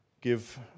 give